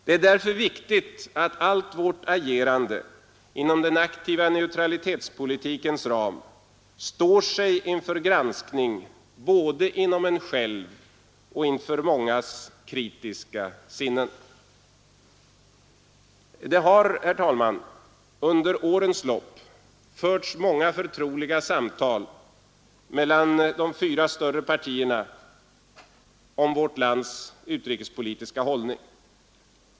Det är därför viktigt att allt vårt agerande inom den aktiva neutralitetspolitikens ram står sig inför en granskning både inom en själv och av mångas kritiska sinnen. Det har, herr talman, under årens lopp förts många förtroliga samtal mellan de fyra större partierna om vårt lands utrikespolitiska hållning.